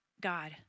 God